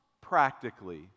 practically